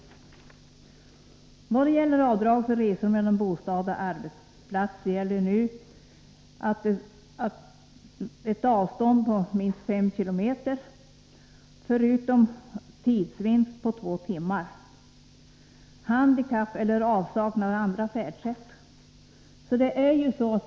I vad gäller avdrag för resor mellan bostad och arbetsplats gäller nu ett avstånd på minst 5 kilometer, förutom vid tidsvinst på två timmar, handikapp eller avsaknad av andra färdsätt.